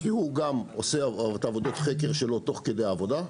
כי הוא גם עושה את עבודות החקר שלו תוך כדי עבודה,